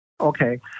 Okay